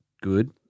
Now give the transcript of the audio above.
good